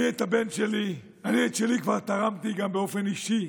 אני את שלי כבר תרמתי, גם באופן אישי,